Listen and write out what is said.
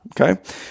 Okay